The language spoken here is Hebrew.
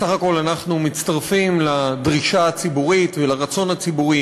בסך הכול אנחנו מצטרפים לדרישה הציבורית ולרצון הציבורי